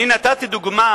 אני נתתי דוגמה